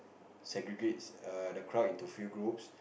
segregate a the crowd into few groups